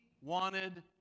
wanted